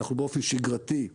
באופן שגרתי אנחנו